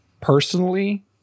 personally